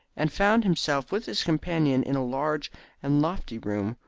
and found himself with his companion in a large and lofty room,